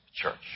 church